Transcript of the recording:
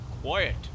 quiet